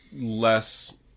less